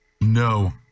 No